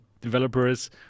developers